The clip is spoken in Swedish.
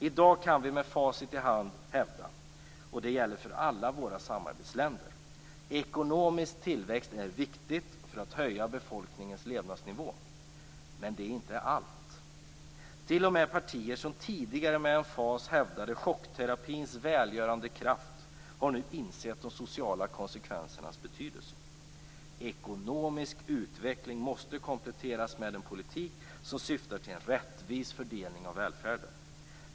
I dag kan vi med facit i hand hävda - och det gäller för alla våra samarbetsländer - att ekonomisk tillväxt är viktig för att höja befolkningens levnadsnivå. Men det är inte allt. T.o.m. partier som tidigare med emfas hävdade chockterapins välgörande kraft har nu insett de sociala konsekvenserna. Ekonomisk utveckling måste kompletteras med en politik som syftar till en rättvis fördelning av välfärden.